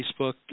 Facebook